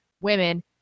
women